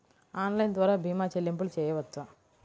Online ద్వార భీమా చెల్లింపులు చేయవచ్చా?